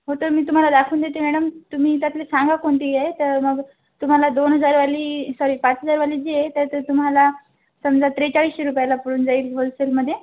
photo मी तुम्हाला दाखवून देते मॅडम तुम्ही त्यातले सांगा कोणती आहे तर मग तुम्हाला दोन हजारवाली सॉरी पाच हजारवाली जी आहे तर ती तुम्हाला समजा त्रेचाळीसशे रुपयाला पडून जाईल होलसेलमध्ये